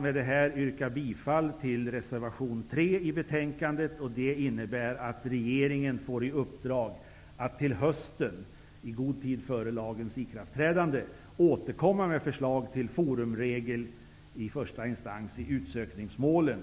Med detta yrkar jag bifall till reservation 3 vid betänkandet, vilket innebär att regeringen får i uppdrag att till hösten -- i god tid före lagens ikraftträdande -- återkomma med förslag till forumregel i första instans i utsökningsmålen,